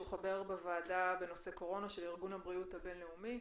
שהוא חבר בוועדה בנושא קורונה של ארגון הבריאות העולמי,